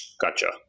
Gotcha